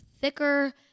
thicker